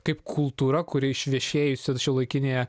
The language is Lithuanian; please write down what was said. kaip kultūra kuri išvešėjusi šiuolaikinėje